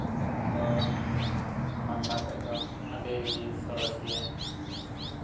ᱫᱚ ᱵᱟᱝᱞᱟ ᱠᱷᱚᱡ ᱫᱚ ᱟᱹᱰᱤᱜᱮ ᱥᱚᱨᱮᱥ ᱜᱮᱭᱟ